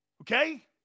Okay